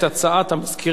שאני אימצתי אותה,